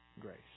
grace